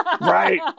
Right